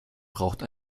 braucht